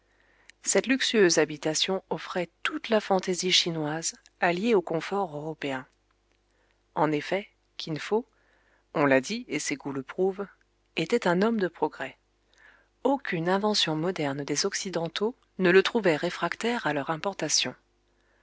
cette luxueuse habitation offrait toute la fantaisie chinoise alliée au confort européen en effet kin fo on l'a dit et ses goûts le prouvent était un homme de progrès aucune invention moderne des occidentaux ne le trouvait réfractaire à leur importation